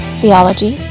theology